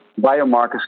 biomarkers